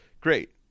great